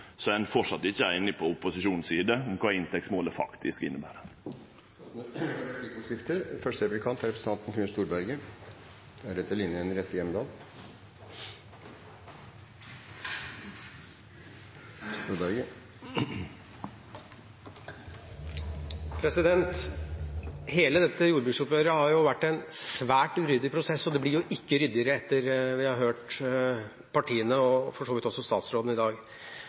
om kva inntektsmålet faktisk inneber. Det blir replikkordskifte. Hele dette jordbruksoppgjøret har vært en svært uryddig prosess, og den blir ikke ryddigere etter at vi har hørt partiene – og for så vidt også statsråden – i dag.